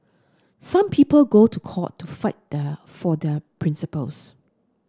some people go to court to fight there for their principles